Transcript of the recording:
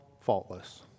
faultless